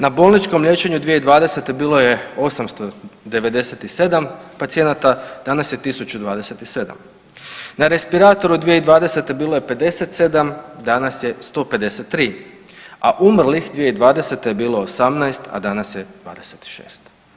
Na bolničkom liječenju 2020. bilo je 897 pacijenata, danas je 1027, na respiratoru 2020. bilo je 57, danas je 153, a umrlih 2020. je bilo 18, a danas je 26.